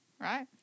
Right